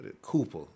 Cooper